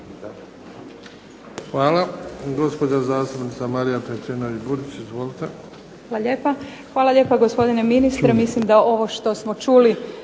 Hvala.